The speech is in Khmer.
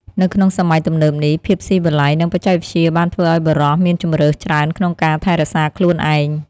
នៅក្នុងសម័យទំនើបនេះ ភាពស៊ីវិល័យ និងបច្ចេកវិទ្យាបានធ្វើឲ្យបុរសមានជម្រើសច្រើនក្នុងការថែរក្សាខ្លួនឯង។